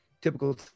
typical